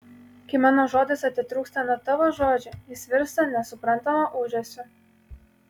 kai mano žodis atitrūksta nuo tavo žodžio jis virsta nesuprantamu ūžesiu